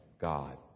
God